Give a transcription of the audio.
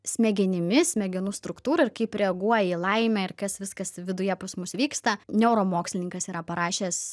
smegenimis smegenų struktūra ir kaip reaguoja į laimę ir kas viskas viduje pas mus vyksta neuro mokslininkas yra parašęs